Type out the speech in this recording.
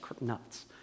nuts